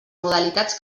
modalitats